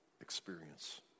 experience